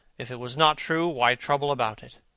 if it was not true, why trouble about it?